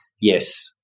Yes